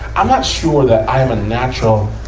i'm not sure that i am a natural,